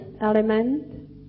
element